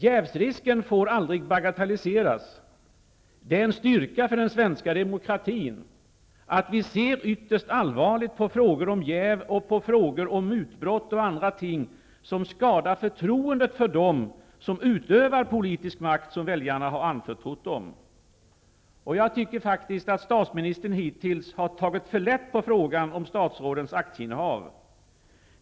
Jävsrisken får aldrig bagatelliseras. Det är en styrka för den svenska demokratin att vi ser ytterst allvarligt på frågor om jäv och på frågor om mutbrott och andra ting, som skadar förtroendet för dem som utövar politisk makt, som väljarna har anförtrott dem. Jag tycker faktiskt att statsministern hittills har tagit för lätt på frågan om statsrådens aktieinnehav.